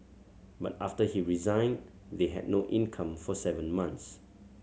but after he resigned they had no income for seven months